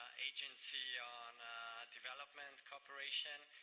ah agency on development cooperation,